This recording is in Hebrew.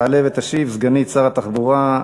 תעלה ותשיב סגנית שר התחבורה,